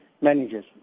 managers